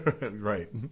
Right